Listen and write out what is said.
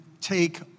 take